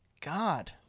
God